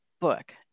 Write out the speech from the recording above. Book